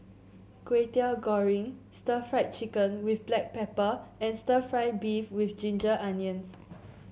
Kway Teow Goreng stir Fry Chicken with Black Pepper and stir fry beef with Ginger Onions